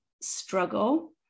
struggle